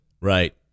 Right